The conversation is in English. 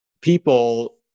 people